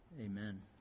Amen